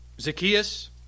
Zacchaeus